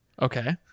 Okay